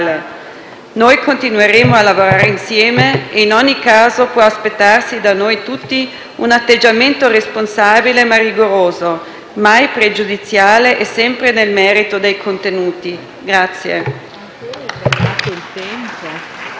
Noi continueremo a lavorare insieme e, in ogni caso, può aspettarsi da noi tutti un atteggiamento responsabile ma rigoroso, mai pregiudiziale e sempre nel merito dei contenuti.